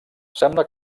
sembla